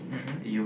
mmhmm